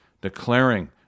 declaring